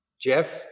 Jeff